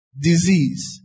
disease